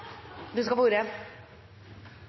det skal